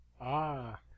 Ah